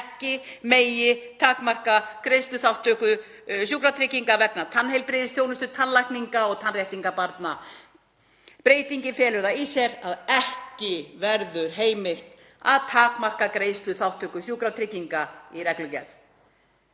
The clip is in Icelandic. ekki megi takmarka greiðsluþátttöku sjúkratrygginga vegna tannheilbrigðisþjónustu, tannlækninga og tannréttinga barna. Breytingin felur það í sér að ekki verður heimilt að takmarka greiðsluþátttöku sjúkratrygginga í reglugerð.